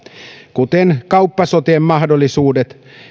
kuten kauppasotien mahdollisuudet